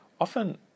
often